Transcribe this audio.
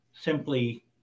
simply